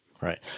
Right